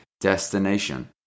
destination